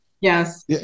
Yes